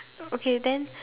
okay then